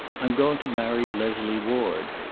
i'm going to marry leslie ward.